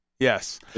Yes